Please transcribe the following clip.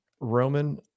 roman